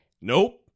Nope